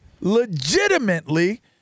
legitimately